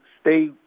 stay